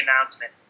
announcement